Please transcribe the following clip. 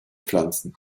pflanzen